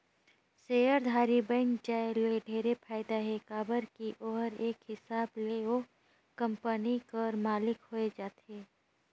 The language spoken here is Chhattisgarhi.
सेयरधारी बइन जाये ले ढेरे फायदा हे काबर की ओहर एक हिसाब ले ओ कंपनी कर मालिक होए जाथे